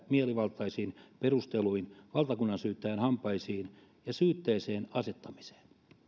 mielivaltaisin perusteluin valtakunnansyyttäjän hampaisiin ja syytteeseen asettamiseen